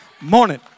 morning